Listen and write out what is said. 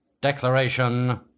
Declaration